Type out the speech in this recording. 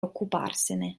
occuparsene